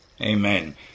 amen